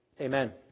Amen